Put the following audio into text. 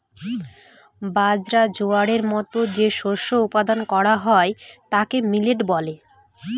বাজরা, জোয়ারের মতো যে শস্য উৎপাদন করা হয় তাকে মিলেট বলে